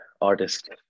artist